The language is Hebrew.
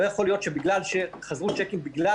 לא יכול להיות שמכיוון שחזרו צ'קים בגלל